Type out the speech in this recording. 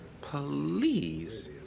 Police